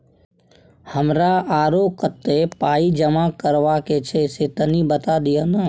हमरा आरो कत्ते पाई जमा करबा के छै से तनी बता दिय न?